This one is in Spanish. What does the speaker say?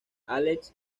álex